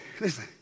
listen